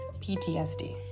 PTSD